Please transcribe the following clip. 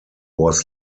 was